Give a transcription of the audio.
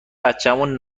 بچمون